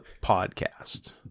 podcast